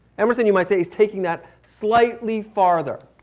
emerson you might say he's taking that slightly farther.